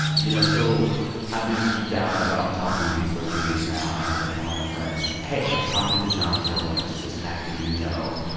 you know, so i've been geeked out about talking to you for a few weeks now. and i've been telling my friends, hey, i'm talking to john carroll lynch, this actor you know.